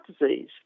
disease